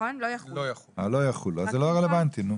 אז זה לא רלוונטי.